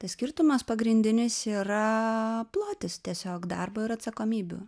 tai skirtumas pagrindinis yra plotis tiesiog darbo ir atsakomybių